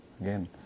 Again